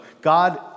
God